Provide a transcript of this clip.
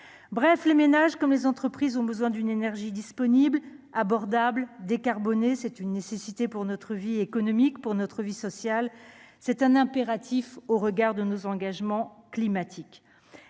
bref, les ménages, comme les entreprises ont besoin d'une énergie disponible abordable décarbonés, c'est une nécessité pour notre vie économique pour notre vie sociale, c'est un impératif au regard de nos engagements climatiques,